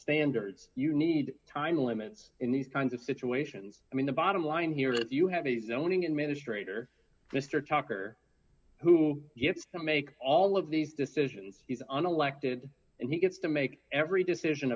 standards you need time limits in these kinds of situations i mean the bottom line here is that you have a zoning administrators mr tucker who gets to make all of these decisions he's unelected and he gets to make every decision